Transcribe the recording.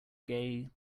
gay